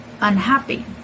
unhappy